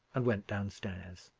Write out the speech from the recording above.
and went downstairs.